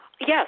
yes